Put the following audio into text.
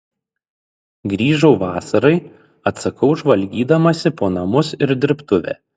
grįžau vasarai atsakau žvalgydamasi po namus ir dirbtuvę